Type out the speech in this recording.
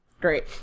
Great